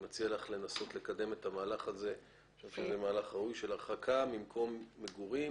אני מציע לך לקדם את המהלך של הרחקה ממקום מגורים.